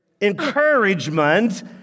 Encouragement